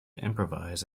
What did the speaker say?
improvise